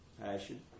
passion